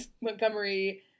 Montgomery